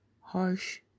Harsh